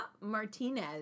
Martinez